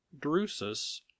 Drusus